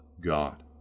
God